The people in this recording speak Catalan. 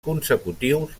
consecutius